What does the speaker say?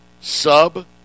Sub